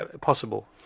possible